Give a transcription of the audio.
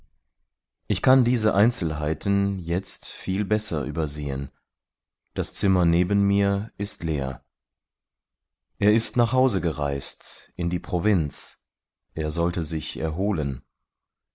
ich kann diese einzelheiten jetzt viel besser übersehen das zimmer neben mir ist leer er ist nach hause gereist in die provinz er sollte sich erholen